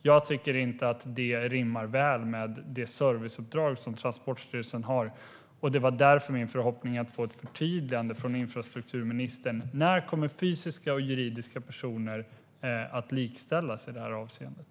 Jag tycker inte att det rimmar väl med det serviceuppdrag Transportstyrelsen har, och det var därför min förhoppning att få ett förtydligande från infrastrukturministern av när fysiska och juridiska personer kommer att likställas i det här avseendet.